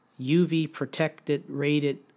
UV-protected-rated